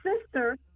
sister